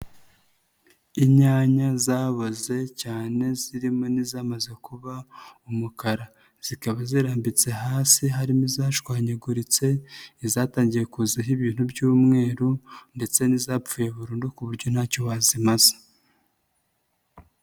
Inyanya zaboze cyane zirimo n'izamaze kuba umukara. Zikaba zirambitse hasi harimo n'izashwanyaguritse, izatangiye kuzaho ibintu by'umweru ndetse n'izapfuye burundu ku buryo ntacyo wazimaza.